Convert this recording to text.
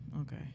okay